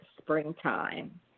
springtime